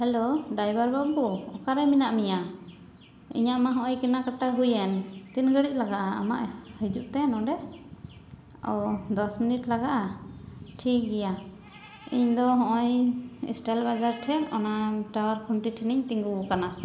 hello driver ᱵᱟᱹᱵᱩ ᱚᱠᱟᱨᱮ ᱢᱮᱱᱟᱜ ᱢᱮᱭᱟ ᱤᱧᱟᱹᱜ ᱢᱟ ᱦᱚᱜᱼᱚᱸᱭ ᱠᱮᱱᱟ ᱠᱟᱴᱟ ᱦᱩᱭᱮᱱ ᱛᱤᱱ ᱜᱷᱟᱹᱲᱤᱡ ᱞᱟᱜᱟᱜᱼᱟ ᱟᱢᱟᱜ ᱦᱟᱹᱡᱩᱜ ᱛᱮ ᱱᱚᱰᱮ ᱚᱸᱻ ᱫᱚᱥ ᱢᱤᱱᱤᱴ ᱞᱟᱜᱟᱜᱼᱟ ᱴᱷᱤᱠ ᱜᱮᱭᱟ ᱤᱧ ᱫᱚ ᱦᱚᱜᱼᱚᱸᱭ ᱤᱥᱴᱟᱭᱤᱞ ᱵᱟᱡᱟᱨ ᱴᱷᱮᱡ ᱚᱱᱟ ᱴᱟᱣᱟᱨ ᱠᱷᱩᱱᱴᱤ ᱴᱷᱮᱱᱤᱧ ᱛᱤᱸᱜᱩ ᱟᱠᱟᱱᱟ